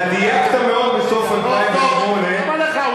אתה דייקת מאוד בסוף 2008, טוב, טוב, למה לך?